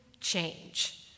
change